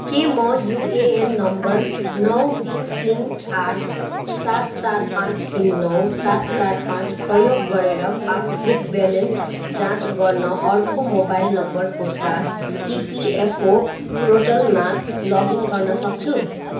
के म UAN number नौ तिन तिन आठ सात चार पाँच तिन नौ सात चार पाँच प्रयोग गरेर पासबुक ब्यालेन्स जाँच गर्न अर्को मोबाइल नम्बरको साथ इपिएफओ पोर्टलमा लगइन गर्न सक्छु